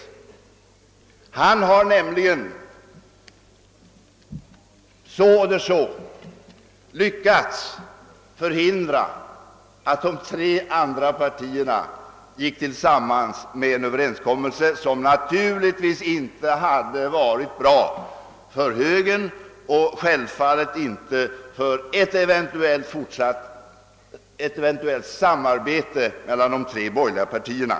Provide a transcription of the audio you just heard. Herr Bohman har nämligen på det ena eller andra sättet lyckats förhindra att de tre andra partierna gick tillsammans om en Överenskommelse, som naturligtvis inte hade varit fördelaktig för högern och självfallet inte heller för ett eventuellt samarbete mellan de tre borgerliga partierna.